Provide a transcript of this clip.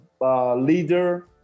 leader